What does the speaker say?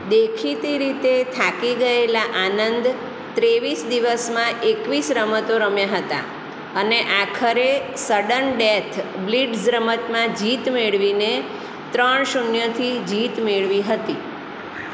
દેખીતી રીતે થાકી ગયેલા આનંદ ત્રેવીસ દિવસમાં એકવીસ રમતો રમ્યા હતા અને આખરે સડન ડેથ બ્લિટ્ઝ રમતમાં જીત મેળવીને ત્રણ શૂન્યથી જીત મેળવી હતી